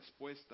respuesta